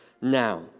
now